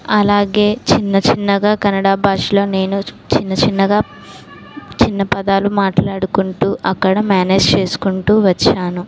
అలాగే చిన్న చిన్నగా కన్నడ భాషలో నేను చిన్న చిన్నగా చిన్న పదాలు మాట్లాడుకుంటూ అక్కడ మేనేజ్ చేసుకుంటూ వచ్చాను